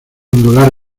ondular